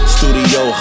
Studio